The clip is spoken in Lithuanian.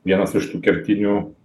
vienas iš tų kertinių